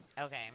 Okay